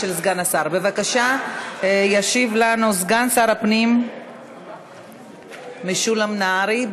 בבקשה, ישיב לנו סגן שר הפנים משולם נהרי.